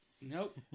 Nope